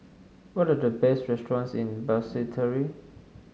what are the best restaurants in Basseterre